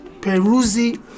Peruzzi